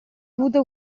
avuto